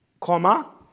comma